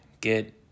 get